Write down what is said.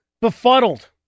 Befuddled